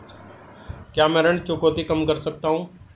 क्या मैं ऋण चुकौती कम कर सकता हूँ?